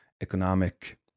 economic